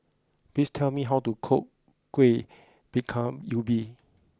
please tell me how to cook Kuih Bingka Ubi